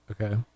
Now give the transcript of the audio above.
Okay